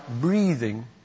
breathing